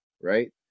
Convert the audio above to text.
right